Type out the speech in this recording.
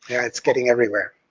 yeah it's getting everywhere.